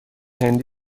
هندی